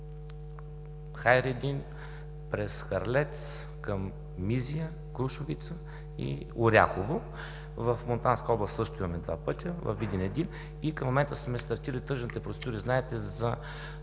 Хайредин, през Хърлец към Мизия, Крушовица и Оряхово; в Монтанска област също имаме два пътя, във Видин един. Към момента сме стартирали тръжните процедури за